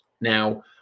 now